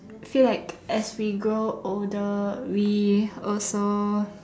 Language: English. feel like as we grow older we also